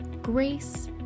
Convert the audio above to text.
Grace